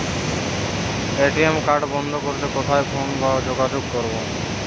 ATM card বন্ধ করতে কোথায় ফোন বা যোগাযোগ করব?